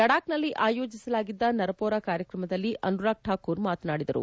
ಲಡಾಕ್ನಲ್ಲಿ ಆಯೋಜಿಸಲಾಗಿದ್ದ ನರಪೋರಾ ಕಾರ್ಯಕ್ರಮದಲ್ಲಿ ಅನುರಾಗ್ ಕಾಕೂರ್ ಮಾತನಾಡಿದರು